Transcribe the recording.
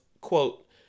quote